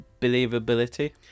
believability